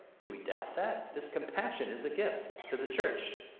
do we doubt that? this compassion is a gift to the church.